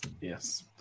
Yes